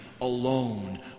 alone